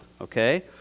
okay